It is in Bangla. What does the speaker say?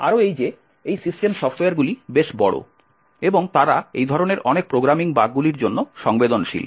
আরও এই যে এই সিস্টেম সফ্টওয়্যারগুলি বেশ বড় এবং তারা এই ধরনের অনেক প্রোগ্রামিং বাগগুলির জন্য সংবেদনশীল